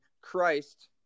Christ